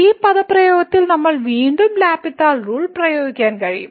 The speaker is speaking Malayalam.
ഈ പദപ്രയോഗത്തിൽ നമ്മൾക്ക് വീണ്ടും എൽ ഹോസ്പിറ്റൽ റൂൾ പ്രയോഗിക്കാൻ കഴിയും